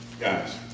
Guys